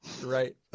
Right